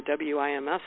WIMS